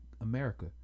America